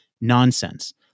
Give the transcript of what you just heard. nonsense